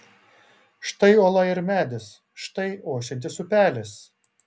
štai uola ir medis štai ošiantis upelis